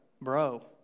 Bro